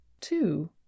Two